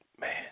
man